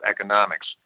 economics